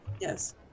yes